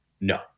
No